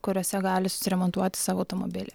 kuriuose gali susiremontuoti savo automobilį